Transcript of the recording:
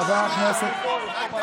חבר הכנסת רם בן ברק, קריאה ראשונה.